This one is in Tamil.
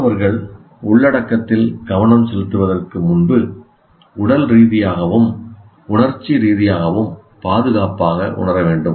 மாணவர்கள் உள்ளடக்கத்தில் கவனம் செலுத்துவதற்கு முன்பு உடல் ரீதியாகவும் உணர்ச்சி ரீதியாகவும் பாதுகாப்பாக உணர வேண்டும்